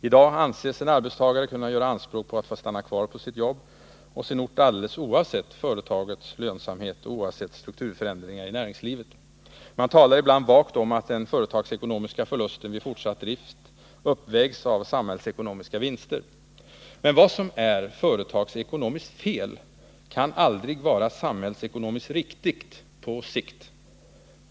I dag anses en arbetstagare kunna göra anspråk på att få stanna kvar på sitt jobb och sin ort alldeles oavsett företagets lönsamhet och oavsett strukturförändringar i näringslivet. Man talar ibland vagt om att den företagsekonomiska förlusten vid fortsatt drift uppvägs av samhällsekonomiska vinster. Men vad som är företagsekonomiskt fel kan aldrig vara samhällsekonomiskt riktigt på sikt.